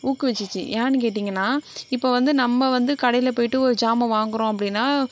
ஊக்குவித்துச்சி ஏன்னு கேட்டீங்கன்னா இப்போ வந்து நம்ம வந்து கடையில் போய்ட்டு ஒரு சாமான் வாங்குறோம் அப்படின்னா